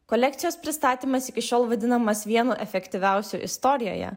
kolekcijos pristatymas iki šiol vadinamas vienu efektyviausių istorijoje